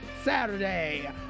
saturday